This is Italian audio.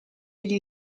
gli